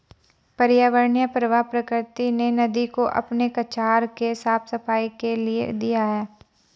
पर्यावरणीय प्रवाह प्रकृति ने नदी को अपने कछार के साफ़ सफाई के लिए दिया है